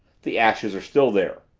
the ashes are still there.